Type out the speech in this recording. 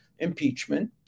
Impeachment